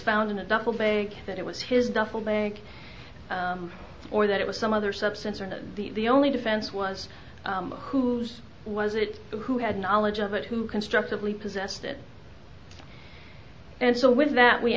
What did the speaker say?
found in a duffel bag that it was his duffel bag or that it was some other substance or that the only defense was whose was it who had knowledge of it who constructively possessed it and so with that we